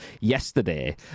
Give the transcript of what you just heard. yesterday